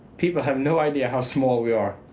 people have no idea how small we are.